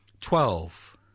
twelve